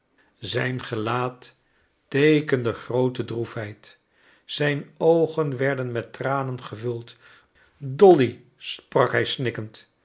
zijn gelaat teekende groote droefheid zijn oogen werden met tranen gevuld dolly